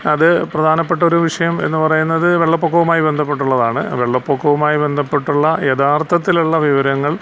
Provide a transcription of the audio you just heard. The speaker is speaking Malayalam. അത് പ്രധാനപ്പെട്ട ഒരു വിഷയം എന്നു പറയുന്നത് വെള്ളപ്പൊക്കവുമായി ബന്ധപ്പെട്ടുള്ളതാണ് വെള്ളപ്പൊക്കവുമായി ബന്ധപ്പെട്ടുള്ള യഥാർത്ഥത്തിലുള്ള വിവരങ്ങൾ